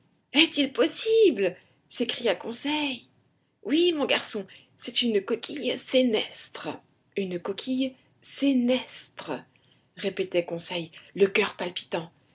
est-il possible s'écria conseil oui mon garçon c'est une coquille sénestre une coquille sénestre répétait conseil le coeur palpitant